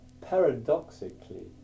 paradoxically